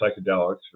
psychedelics